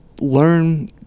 learn